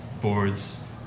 boards